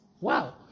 Wow